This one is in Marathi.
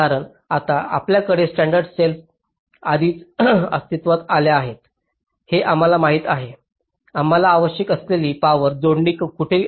कारण आता आपल्याकडे स्टॅंडर्ड सेल आधीच अस्तित्त्वात आल्या आहेत हे आम्हाला माहित आहे आम्हाला आवश्यक असलेली पावर जोडणी कुठे आहेत